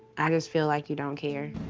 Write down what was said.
i just feel like you don't care.